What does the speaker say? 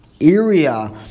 area